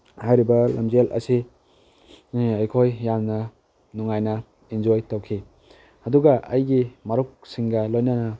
ꯍꯥꯏꯔꯤꯕ ꯂꯝꯖꯦꯜ ꯑꯁꯤ ꯑꯩꯈꯣꯏ ꯌꯥꯝꯅ ꯅꯨꯉꯥꯏꯅ ꯑꯦꯟꯖꯣꯏ ꯇꯧꯈꯤ ꯑꯗꯨꯒ ꯑꯩꯒꯤ ꯃꯔꯨꯞꯁꯤꯡꯒ ꯂꯣꯏꯅꯅ